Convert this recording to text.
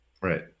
Right